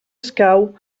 escau